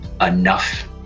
enough